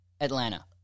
Atlanta